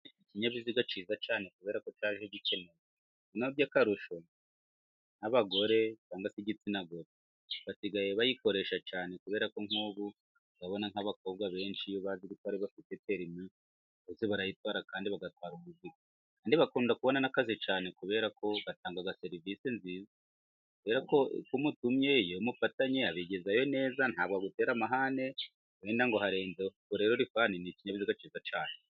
Ikinyabiziga kiza cyane kubera ko cyaje gikenewe. Noneho by'akarusho, n'abagore cyangwa se igitsina gore basigaye bayikoresha cyane kubera ko nk'ubu urabona nk'abakobwa benshi iyo bazi gutwara bafite perimi, bose barayitwara kandi bagatwara umuzigo. Kandi bakunda kubona n'kaze cyane kubera ko batanga serivisi nziza. Kubera ko iyo umutumye, iyo mufatanye abigizayo neza ntabwo agutera amahane wenda ngo harenz3ho. Urumva rero ni ikinyabiziga kiza cyane.